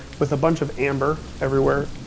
with a bunch of amber everywhere,